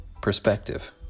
perspective